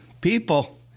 People